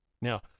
Now